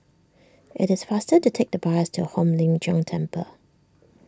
it is faster to take the bus to Hong Lim Jiong Temple